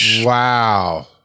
Wow